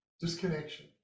disconnection